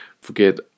Forget